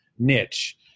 niche